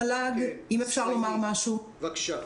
בבקשה,